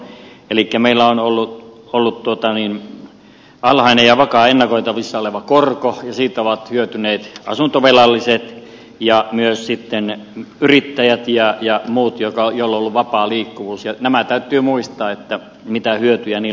elikkä meillä on ollut alhainen ja vakaa ennakoitavissa oleva korko ja siitä ovat hyötyneet asuntovelalliset ja myös sitten yrittäjät ja muut joilla on ollut vapaa liikkuvuus ja täytyy muistaa mitä hyötyjä niillä on saavutettu